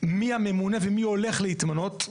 מי הממונה ומי הולך להתמנות?